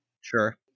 Sure